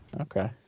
Okay